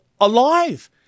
alive